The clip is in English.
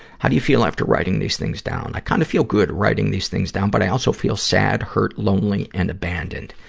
how do you feel after writing these things down? i kinda kind of feel good, writing these things down, but i also feel sad, hurt, lonely, and abandoned.